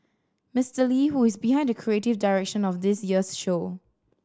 Mister Lee who is behind the creative direction of this year's show